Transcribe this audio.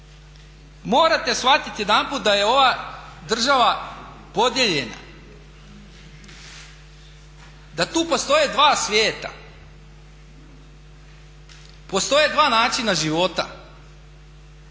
Morate shvatiti jedanput da je ova država podijeljena, da tu postoje dva svijeta, postoje dva načina života